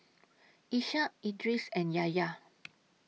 Ishak Idris and Yahya